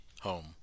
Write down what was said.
home